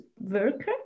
worker